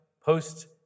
post